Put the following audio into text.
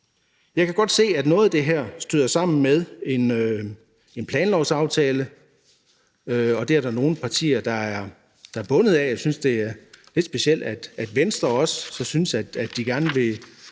Jeg kan godt se, at noget af det her støder sammen med en planlovsaftale, som nogle partier er bundet af. Jeg synes, det er lidt specielt, at Venstre også synes, at de gerne vil